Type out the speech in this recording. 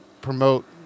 promote